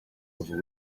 little